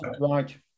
right